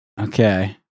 Okay